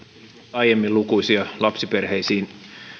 aiemmin lukuisia lapsiperheisiin